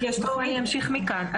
אני אמשיך מכאן.